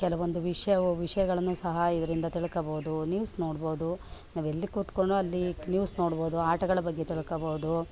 ಕೆಲವೊಂದು ವಿಷಯವೂ ವಿಷಯಗಳನ್ನು ಸಹ ಇದರಿಂದ ತಿಳ್ಕೊಳ್ಬೋದು ನ್ಯೂಸ್ ನೋಡ್ಬೋದು ನಾವೆಲ್ಲಿ ಕೂತ್ಕೊಂಡು ಅಲ್ಲಿ ನ್ಯೂಸ್ ನೋಡ್ಬೋದು ಆಟಗಳ ಬಗ್ಗೆ ತಿಳ್ಕೊಳ್ಬೋದು